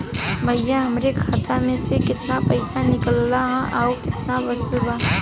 भईया हमरे खाता मे से कितना पइसा निकालल ह अउर कितना बचल बा?